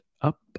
up